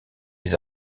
les